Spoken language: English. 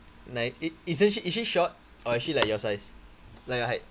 ni~ isn't she is she short or is she like your size like your height